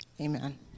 Amen